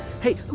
Hey